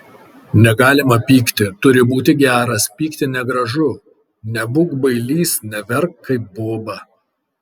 negalima pykti turi būti geras pykti negražu nebūk bailys neverk kaip boba